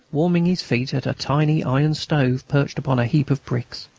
warming his feet at a tiny iron stove perched upon a heap of bricks.